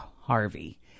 Harvey